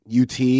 UT –